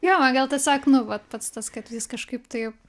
jo gal tiesiog nu va pats tas kad jis kažkaip taip